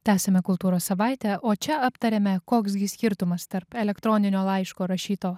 tęsiame kultūros savaitę o čia aptariame koks gi skirtumas tarp elektroninio laiško rašyto